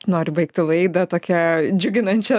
noriu baigti laidą tokia džiuginančia